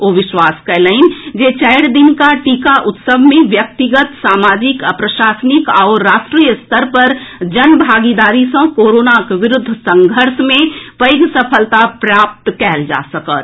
ओ विश्वास कयलनि जे चारि दिनुका टीका उत्सव मे व्यक्तिगत सामाजिक आ प्रशासनिक आओर राष्ट्रीय स्तर पर जन भागीदारी सँ कोरोनाक विरूद्व संघर्ष मे पैघ सफलता प्राप्त कयल जा सकत